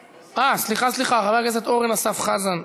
סליחה, חבר הכנסת אורן אסף חזן.